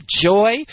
joy